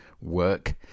work